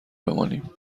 بمانیم